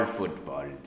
football